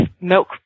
milk